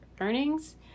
earnings